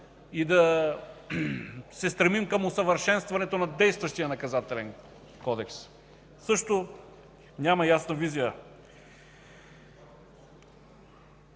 и да се стремим към усъвършенстването на действащия Наказателен кодекс? Също няма ясна визия.